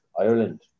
Ireland –